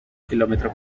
kilómetro